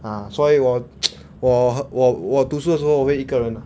ah 所以我 我我我读书的时候我会一个人 ah